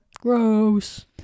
Gross